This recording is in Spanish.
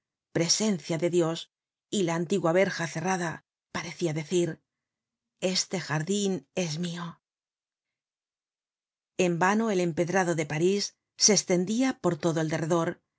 presencia de dios y la antigua verja cerrada parecia decir este jardin es mio content from google book search generated at en vano el empedrado de parís se estendia por todo el derredor